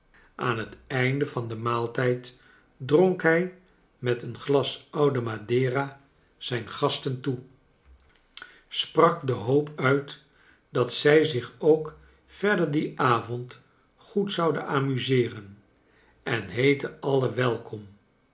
aan het einde van den maaltijd dronk hij met een glas oude madera zijn gasten toe sprak de hoop uit dat zij zich ook verder dien avond goed zouden amuseeren en heette alien welkom